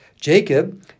Jacob